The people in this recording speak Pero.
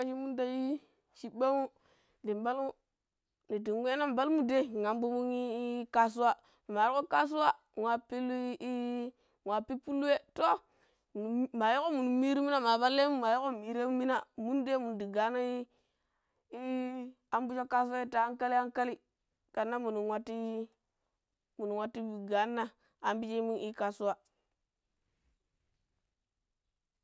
fori shiminu tai shiɓɓa mu din palmu niddin wena palmu dai anbumunii kasuwa, minu ma wako kasuwa wa pillu ii wa pippillu wei toh minu mayiko minun miru minah ma pallemu mayiko mireman minah munu dai mundi ganohii ii amɓujo kasuwa, ta ankanli ankali kannan minu watuii minu watuii gannah ampijemunii kasuwa.